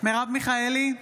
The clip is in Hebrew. מרב מיכאלי,